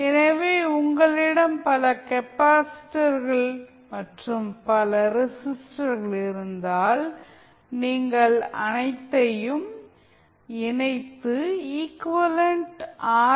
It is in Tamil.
எனவே உங்களிடம் பல கெப்பாசிட்டர்கள் மற்றும் பல ரெஸிஸ்டர்கள் இருந்தால் நீங்கள் அனைத்தையும் இணைத்து ஈகுவலன்ட் ஆர்